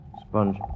Sponge